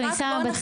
אז אני שמה בצד,